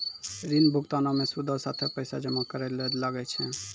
ऋण भुगतानो मे सूदो साथे पैसो जमा करै ल लागै छै